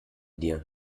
dir